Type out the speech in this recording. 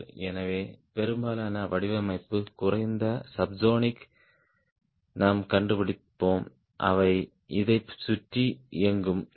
எனவே பெரும்பாலான வடிவமைப்பு குறைந்த சப்ஸோனிக் நாம் கண்டுபிடிப்போம் அவை இதைச் சுற்றி இயங்கும்